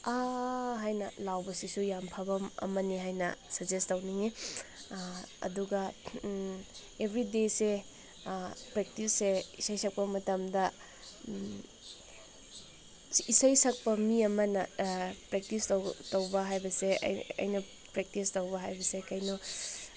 ꯑꯥ ꯍꯥꯏꯅ ꯂꯥꯎꯕꯁꯤꯁꯨ ꯌꯥꯝ ꯐꯕ ꯑꯃꯅꯤ ꯍꯥꯏꯅ ꯁꯖꯦꯁ ꯇꯧꯅꯤꯡꯉꯤ ꯑꯗꯨꯒ ꯑꯦꯕ꯭ꯔꯤꯗꯦꯁꯦ ꯄ꯭ꯔꯦꯛꯇꯤꯁꯁꯦ ꯏꯁꯩ ꯁꯛꯄ ꯃꯇꯝꯗ ꯏꯁꯩ ꯁꯛꯄ ꯃꯤ ꯑꯃꯅ ꯄ꯭ꯔꯦꯛꯇꯤꯁ ꯇꯧꯕ ꯇꯧꯕ ꯍꯥꯏꯕꯁꯦ ꯑꯩ ꯑꯩꯅ ꯄ꯭ꯔꯦꯛꯇꯤꯁ ꯇꯧꯕ ꯍꯥꯏꯕꯁꯦ ꯀꯩꯅꯣ